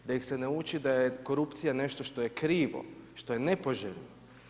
Da ih se ne uči da je korupcija nešto što je krivo, što je nepoželjno.